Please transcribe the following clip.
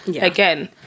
Again